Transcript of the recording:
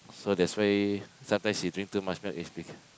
so that's why sometimes you drink too much milk is becau~